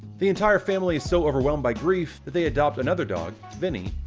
the entire family is so overwhelmed by grief, that they adopt another dog vinny,